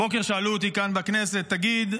הבוקר שאלו אותי כאן בכנסת: תגיד,